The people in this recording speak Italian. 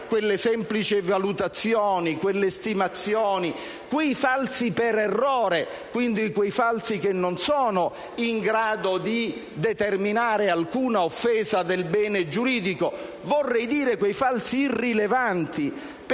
quelle semplici valutazioni, estimazioni, quei falsi per errore che non sono in grado di determinare alcuna offesa del bene giuridico, vorrei dire quei falsi irrilevanti,